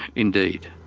indeed.